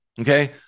Okay